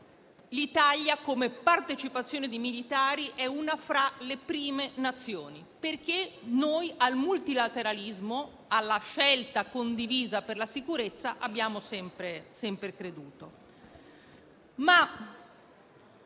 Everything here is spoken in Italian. l'Italia, come partecipazione di militari, è una fra le prime Nazioni, perché noi al multilateralismo e alla scelta condivisa per la sicurezza abbiamo sempre creduto.